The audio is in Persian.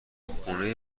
خونه